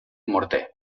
morter